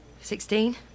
Sixteen